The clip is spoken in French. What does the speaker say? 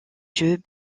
jeux